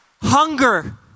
Hunger